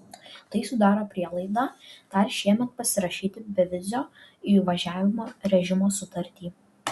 tai sudaro prielaidą dar šiemet pasirašyti bevizio įvažiavimo režimo sutartį